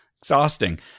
Exhausting